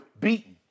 beaten